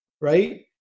right